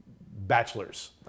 bachelors